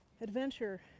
adventure